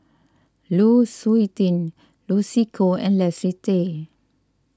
Lu Suitin Lucy Koh and Leslie Tay